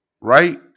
right